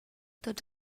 tots